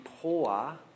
poor